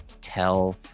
tell